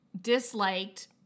disliked